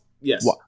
yes